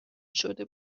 شده